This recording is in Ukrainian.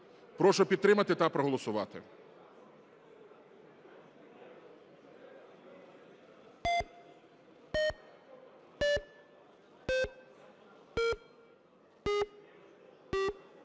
Прошу підтримати та проголосувати.